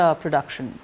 production